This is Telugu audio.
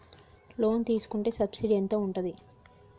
లోన్ తీసుకుంటే సబ్సిడీ ఎంత ఉంటది?